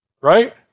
Right